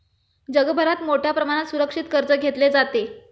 जगभरात मोठ्या प्रमाणात सुरक्षित कर्ज घेतले जाते